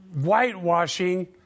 whitewashing